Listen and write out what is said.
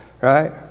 right